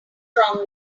wrong